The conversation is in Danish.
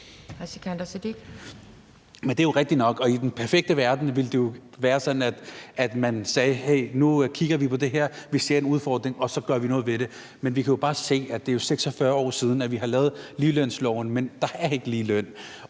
Det er jo rigtigt nok, og i den perfekte verden ville det jo være sådan, at man sagde, at nu kigger vi på det her, vi ser en udfordring, og så gør vi noget ved det. Men vi kan jo bare se, at det er 46 år siden, vi har lavet ligelønsloven, og at der ikke er ligeløn.